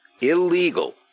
Illegal